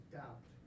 doubt